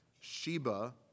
Sheba